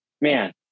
Man